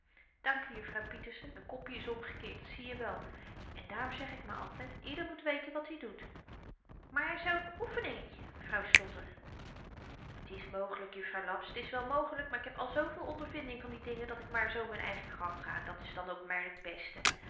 hoort dankie juffrouw pieterse m'n koppie is omgekeerd dat zie je wel en daarom zeg ik maar altyd ieder moet weten wat i doet maar zoo'n oefeningetje vrouw stotter t is mogelyk juffrouw laps t is wel mogelyk maar ik heb al zooveel ondervinding van die dingen dat ik maar zoo m'n eigen gang ga en dat s dan ook maar t beste